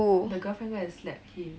the girlfriend go and slap him